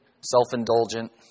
self-indulgent